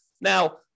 Now